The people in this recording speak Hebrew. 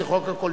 זה חוק הקולנוע.